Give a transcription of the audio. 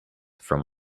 from